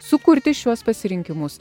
sukurti šiuos pasirinkimus